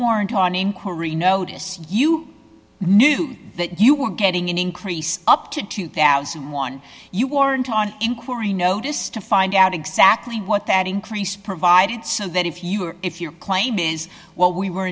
weren't on inquiry notice you knew that you were getting an increase up to two thousand and one you warrant on inquiry notice to find out exactly what that increase provided so that if you were if your claim is well we were